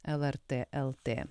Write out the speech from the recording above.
lrt lt